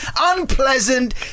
unpleasant